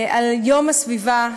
על יום הסביבה,